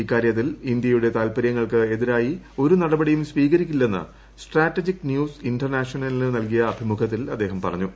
ഇക്കാര്യത്തിൽ ഇന്ത്യയുടെ താൽപര്യങ്ങൾക്കൂട്ട് എതിരായി ഒരു നടപടിയും സ്വീകരിക്കില്ലെന്ന് സ്ട്രാറ്റജിക് ന്യൂസ് ഇ്ൻ്റ്റ്റ്റ്റ്റ് നൽകിയ അഭിമുഖത്തിൽ അദ്ദേഹം പറഞ്ഞു